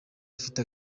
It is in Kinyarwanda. agifite